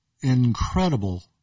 incredible